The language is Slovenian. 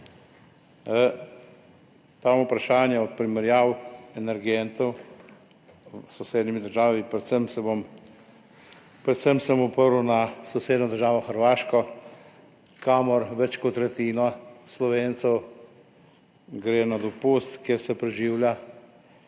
To vprašanje bo o primerjavi energentov s sosednjimi državami, predvsem se bom oprl na sosednjo državo Hrvaško, kamor več kot tretjina Slovencev gre na dopust, kjer preživljajo